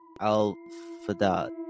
al-Fadad